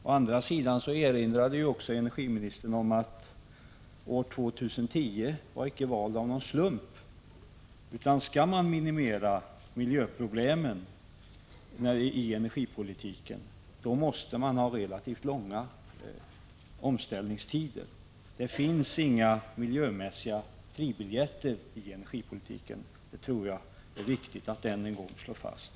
Å andra sidan erinrade också energiministern om att år 2010 icke valts av en slump. Skall man minimera miljöproblemen i energipolitiken, måste man ha relativt långa omställningstider. Det finns inga fribiljetter i energipolitiken till en god miljö. Detta tror jag är viktigt att än en gång slå fast.